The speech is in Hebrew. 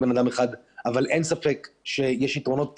אין ספק שיש יתרונות